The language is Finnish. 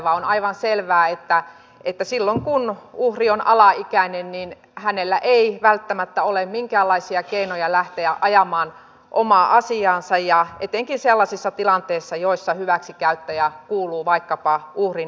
on aivan selvää että silloin kun uhri on alaikäinen hänellä ei välttämättä ole minkäänlaisia keinoja lähteä ajamaan omaa asiaansa etenkään sellaisissa tilanteissa joissa hyväksikäyttäjä kuuluu vaikkapa uhrin lähipiiriin